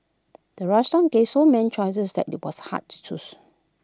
the restaurant gave so many choices that IT was hard to choose